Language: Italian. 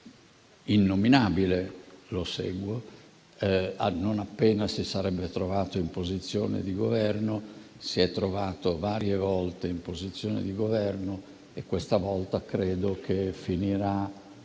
innominabile - lo seguo - non appena si sarebbe trovato in posizione di Governo. Si è trovato varie volte in posizioni di Governo e questa volta credo che finirà,